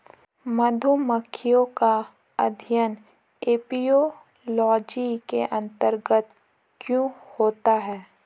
मधुमक्खियों का अध्ययन एपियोलॉजी के अंतर्गत क्यों होता है?